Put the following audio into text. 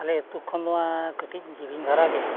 ᱟᱞᱮ ᱟᱹᱛᱩ ᱠᱷᱚᱱ ᱱᱚᱣᱟ ᱡᱮᱞᱮᱧ ᱫᱷᱟᱨᱟ ᱜᱮᱭᱟ